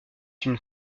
une